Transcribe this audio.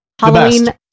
Halloween